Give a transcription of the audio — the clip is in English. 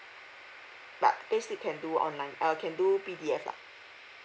but payslip can do online uh can do P_D_F lah